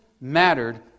mattered